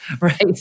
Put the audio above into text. Right